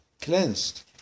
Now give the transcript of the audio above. cleansed